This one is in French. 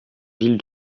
ville